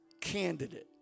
candidate